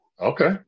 Okay